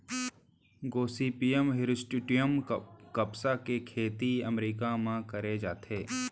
Gossypium hirsutum कपसा के खेती अमेरिका म करे जाथे